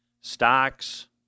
stocks